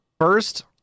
First